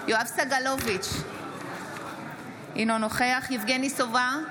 יואב סגלוביץ' אינו נוכח יבגני סובה,